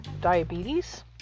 diabetes